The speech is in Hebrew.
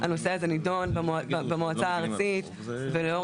הנושא הזה נדון במועצה הארצית ולאור